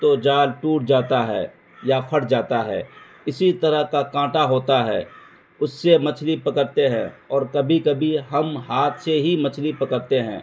تو جال ٹوٹ جاتا ہے یا پھٹ جاتا ہے اسی طرح کا کانٹا ہوتا ہے اس سے مچھلی پکڑتے ہیں اور کبھی کبھی ہم ہاتھ سے ہی مچھلی پکڑتے ہیں